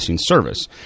service